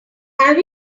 have